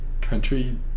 country